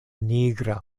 nigra